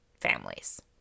families